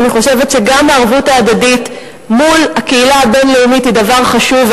אני חושבת שגם הערבות ההדדית מול הקהילה הבין-לאומית היא דבר חשוב,